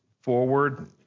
forward